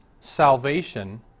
salvation